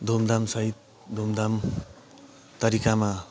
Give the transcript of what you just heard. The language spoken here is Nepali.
धुमधामसहित धुमधाम तरिकामा